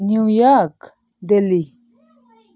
new York Delhi